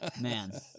man